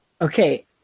Okay